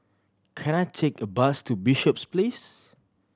can I take a bus to Bishops Place